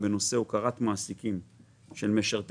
בנושא של הוקרת מעסיקים של משרתי